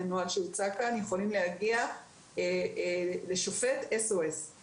הנוהל שהוצג כאן יכולים להגיע לשופט באופן דחוף.